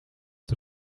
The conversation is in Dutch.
het